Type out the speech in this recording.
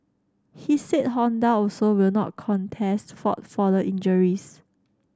he said Honda also will not contest fault for the injuries